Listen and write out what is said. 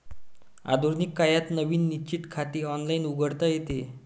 आधुनिक काळात नवीन निश्चित खाते ऑनलाइन उघडता येते